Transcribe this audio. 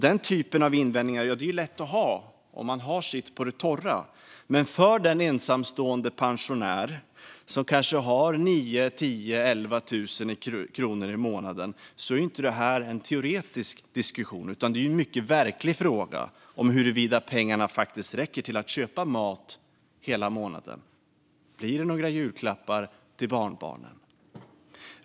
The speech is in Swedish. Den typen av invändningar är lätta att ha om man har sitt på det torra, men för den ensamstående pensionär som kanske har 9 000-11 000 kronor i månaden är det inte en teoretisk diskussion, utan det är en mycket verklig fråga om huruvida pengarna faktiskt räcker till att köpa mat hela månaden. Blir det några julklappar till barnbarnen?